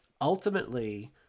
Ultimately